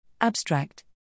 Abstract